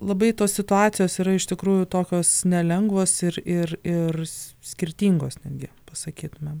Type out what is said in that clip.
labai tos situacijos yra iš tikrųjų tokios nelengvos ir ir ir skirtingos netgi pasakytumėm